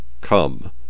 come